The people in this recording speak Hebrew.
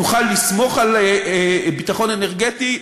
נוכל לסמוך על ביטחון אנרגטי,